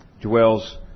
dwells